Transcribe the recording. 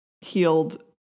healed